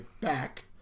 back